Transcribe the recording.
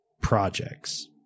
projects